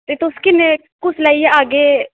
ते एह् तुस किन्ने कुसलै जे आह्गे